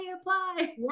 apply